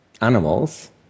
animals